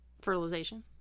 Fertilization